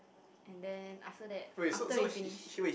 and then after that after we finish